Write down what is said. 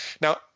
Now